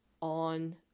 on